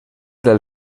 del